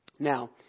Now